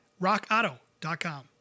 rockauto.com